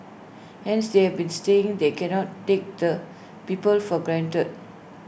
hence they have been saying they cannot take the people for granted